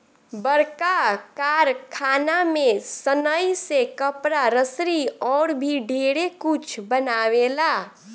बड़का कारखाना में सनइ से कपड़ा, रसरी अउर भी ढेरे कुछ बनावेला